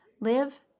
Live